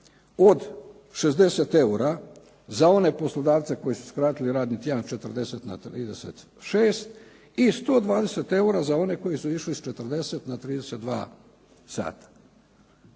od 60 eura za one poslodavce koji su skratili radni tjedan 40 na 36 i 120 eura za one koji su išli s 40 na 32 sata.